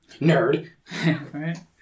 Nerd